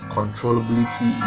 Controllability